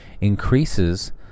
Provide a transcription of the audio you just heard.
increases